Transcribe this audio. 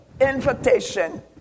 invitation